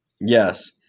Yes